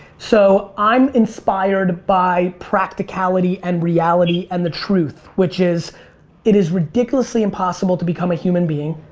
so i'm inspired by practicality and reality and the truth which is it is ridiculously impossible to become a human being.